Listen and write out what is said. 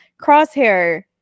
Crosshair